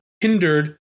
hindered